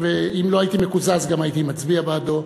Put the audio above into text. ואם לא הייתי מקוזז הייתי גם מצביע בעדו.